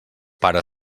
pare